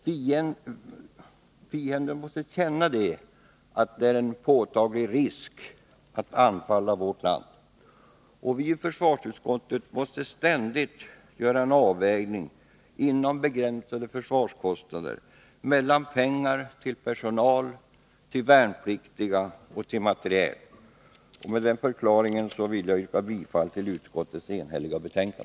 Fienden måste känna att det är en påtaglig risk att anfalla vårt land. Vi i försvarsutskottet måste ständigt göra en avvägning inom begränsade försvarskostnader när det gäller pengar till personal, till värnpliktiga och till materiel. Med den förklaringen ber jag att få yrka bifall till utskottets enhälliga hemställan.